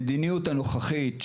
המדיניות של השר הנוכחי,